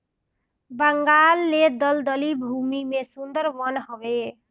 बंगाल ले दलदली भूमि में सुंदर वन हवे